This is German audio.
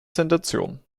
sensation